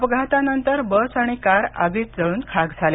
अपघातानंतर बस आणि कार आगीत जळून खाक झाल्या